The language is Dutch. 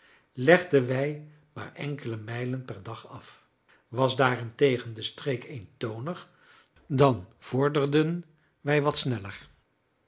legden wij maar enkele mijlen per dag af was daarentegen de streek eentonig dan vorderden wij wat sneller